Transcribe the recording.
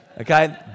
okay